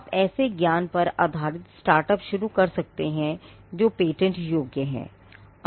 आप ऐसे ज्ञान पर आधारित स्टार्टअप शुरू कर सकते हैं जो पेटेंट योग्य हैं